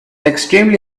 extremely